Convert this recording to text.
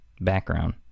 background